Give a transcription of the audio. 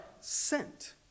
sent